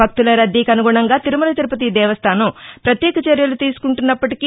భక్తుల రద్దీకి అనుగుణంగా తిరుమల తిరుపతి దేవస్థానం ప్రత్యేక చర్యలు తీసుకుంటున్నప్పటికీ